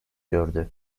gördü